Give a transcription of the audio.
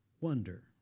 wonder